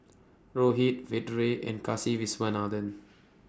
Rohit Vedre and Kasiviswanathan